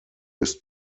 ist